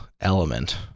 element